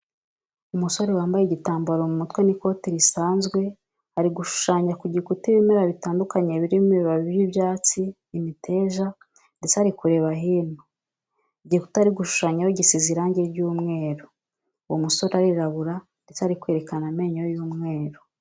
Umusore wambaye igitambaro mu mutwe n'ikoti risanzwe ari gushushanya ku gikuta ibimera bitandukanye birimo ibibabi by'ibyatsi, imiteja ndetse ari kureba hino. Igikuta ari gushushamyaho gisize irange ry'umweru. Uwo musore arirabura ndetse ari kwerekana amenyo y'umweru.